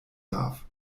darf